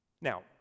Now